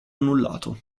annullato